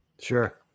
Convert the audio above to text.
Sure